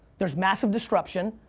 there's massive destruction,